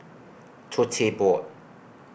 Tote Board